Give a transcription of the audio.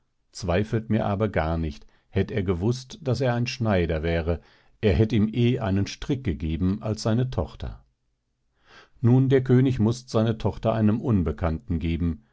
zweifelt mir aber gar nicht hätt er gewußt daß er ein schneider wäre er hätt ihm eh einen strick gegeben als seine tochter nun der könig mußt seine tochter einem unbekannten geben